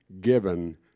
given